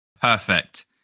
perfect